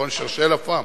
chercher la femme,